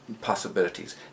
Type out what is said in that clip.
possibilities